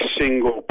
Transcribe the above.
single